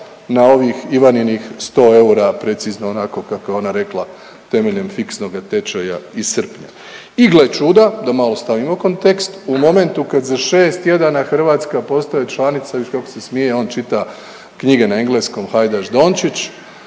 na ovih Ivaninih 100 eura precizno onako kako je ona rekla temeljem fiksnoga tečaja iz srpnja. I gle čuda, da malo stavim u kontekst, u momentu kad za šest tjedana Hrvatska postaje članica viš kako se smije on čita knjige na engleskom Hajdaš Dončić,